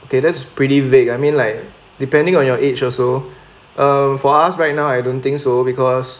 okay that's pretty vague I mean like depending on your age also uh for us right now I don't think so because